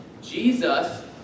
Jesus